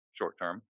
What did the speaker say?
short-term